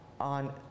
on